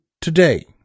today